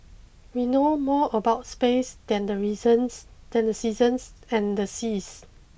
we know more about space than the reasons than the seasons and the seas